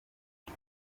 aha